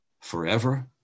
forever